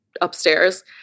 upstairs